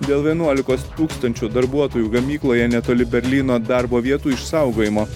dėl vienuolikos tūkstančių darbuotojų gamykloje netoli berlyno darbo vietų išsaugojimo